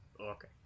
Okay